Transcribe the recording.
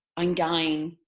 i'm dying.